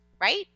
right